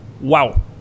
wow